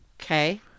Okay